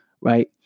Right